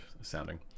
sounding